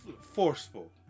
forceful